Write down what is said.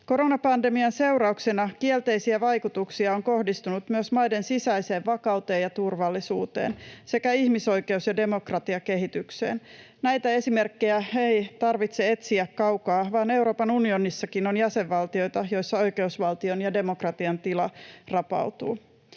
Koronapandemian seurauksena kielteisiä vaikutuksia on kohdistunut myös maiden sisäiseen vakauteen ja turvallisuuteen sekä ihmisoikeus‑ ja demokratiakehitykseen. Näitä esimerkkejä ei tarvitse etsiä kaukaa, vaan Euroopan unionissakin on jäsenvaltioita, joissa oikeusvaltion ja demokratian tila rapautuu.